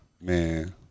Man